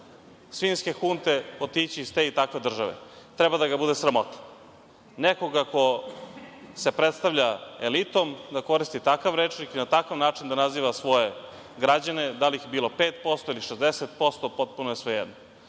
svinjske hunte otići iz te takve države. Treba da ga bude sramota. Nekoga ko se predstavlja elitom da koristi takav rečnik i na takav način da naziva svoje građane, da li ih je bilo 5% ili 60%, potpuno je svejedno.